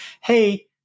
Hey